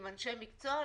עם אנשי מקצוע,